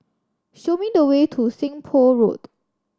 show me the way to Seng Poh Road